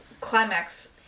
climax